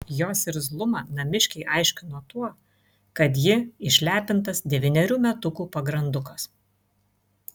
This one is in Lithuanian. jos irzlumą namiškiai aiškino tuo kad ji išlepintas devynerių metukų pagrandukas